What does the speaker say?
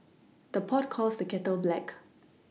the pot calls the kettle black